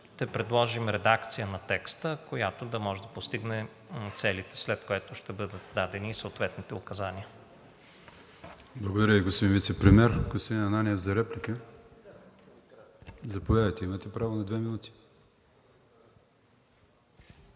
ще предложим редакция на текста, която да може да постигне целите, след което ще бъдат дадени съответните указания.